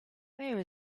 where